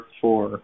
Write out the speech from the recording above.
four